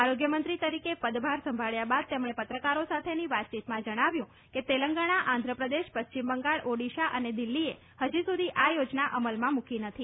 આરોગ્યમંત્રી તરીકે પદભાર સંભાળ્યા બાદ તેમણે પત્રકારો સાથેની વાતચીતમાં જણાવ્યું કે તેલગંણા આંધ્રપ્રદેશ પશ્ચિમ બંગાળ ઓડિશા અને દિલ્હીએ હજુ સુધી આ યોજના અમલમાં મૂકી નથી